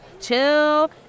chill